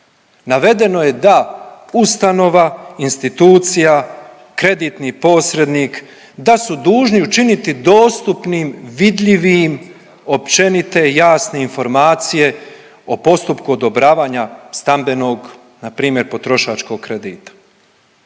navedeno je da ustanova, institucija, kreditni posrednik, da su dužni učiniti dostupnim, vidljivim općenite jasne informacije o postupku odobravanja stambenog npr. potrošačkog kredita.